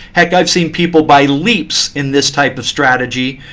heck, i've seen people by leaps in this type of strategy,